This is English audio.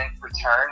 return